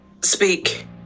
speak